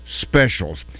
specials